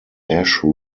ashe